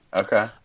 okay